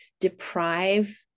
deprive